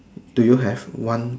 do you have one